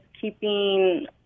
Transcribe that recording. keeping